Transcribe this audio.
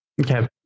Okay